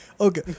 Okay